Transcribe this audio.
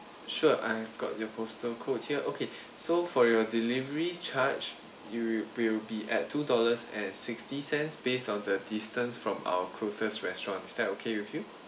sure I've got your postal code here okay so for your delivery charge it will will be at two dollars and sixty cents based on the distance from our closest restaurants is that okay with you